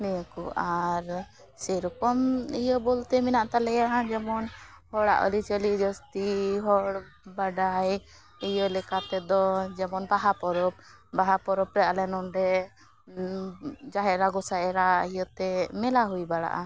ᱱᱤᱭᱟᱹᱠᱩ ᱟᱨ ᱥᱮᱨᱚᱠᱚᱢ ᱤᱭᱟᱹ ᱵᱚᱞᱛᱮ ᱢᱮᱱᱟᱜ ᱛᱟᱞᱮᱭᱟ ᱡᱮᱢᱚᱱ ᱦᱚᱲᱟᱜ ᱟᱹᱨᱤᱪᱟᱹᱞᱤ ᱡᱟᱹᱥᱛᱤ ᱦᱚᱲ ᱵᱟᱰᱟᱭ ᱤᱭᱟᱹ ᱞᱮᱠᱟᱛᱮ ᱫᱚ ᱡᱮᱢᱚᱱ ᱵᱟᱦᱟ ᱯᱚᱨᱚᱵᱽ ᱵᱟᱦᱟ ᱯᱚᱨᱚᱵᱽᱨᱮ ᱟᱞᱮ ᱱᱚᱰᱮ ᱡᱟᱦᱮᱨ ᱮᱨᱟ ᱜᱚᱸᱥᱟᱭ ᱮᱨᱟ ᱤᱭᱟᱹᱛᱮ ᱢᱮᱞᱟ ᱦᱩᱭ ᱵᱟᱲᱟᱜᱼᱟ